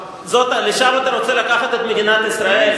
לשם אתה רוצה לקחת את מדינת ישראל?